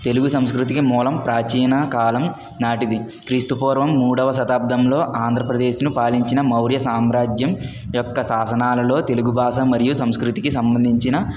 తెలుగ సంస్కృతికి మూలం ప్రాచీన కాలం నాటిది క్రిస్తుపూర్వం మూడవ శతాబ్దంలో ఆంధ్రప్రదేశ్ను పాలించిన మౌర్య సామ్రాజ్యం యొక్క శాసనాలలో తెలుగుభాష మరియు సంస్కృతికి సంబందించిన